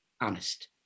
honest